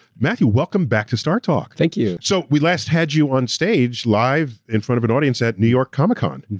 matthew, welcome back to startalk. thank you. so we last had you on stage live in front of an audience at new york comic-con. and